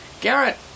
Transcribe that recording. Garrett